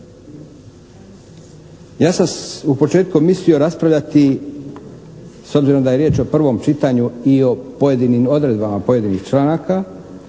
Ja sam u početku mislio raspravljati, s obzirom da je riječ o prvom čitanju, i o pojedinim odredbama pojedinih članaka,